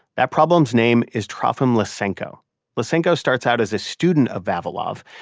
that problem's name is trofim lysenko lysenko starts out as a student of vavilov.